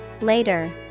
later